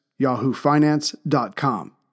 YahooFinance.com